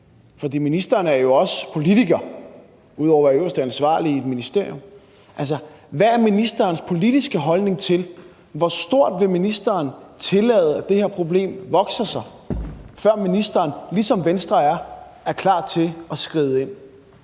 for ministeren er jo også politiker ud over at være den øverste ansvarlige i et ministerium: Hvad er ministerens politiske holdning til det her? Hvor stort vil ministeren tillade at det her problem vokser sig, før ministeren ligesom Venstre er klar til at skride ind?